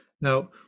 Now